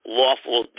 lawful